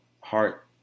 heart